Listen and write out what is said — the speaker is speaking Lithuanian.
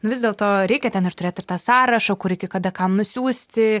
vis dėlto reikia ten ir turėt ir tą sąrašą kur iki kada kam nusiųsti